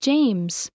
James